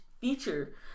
feature